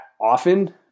often